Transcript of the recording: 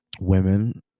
women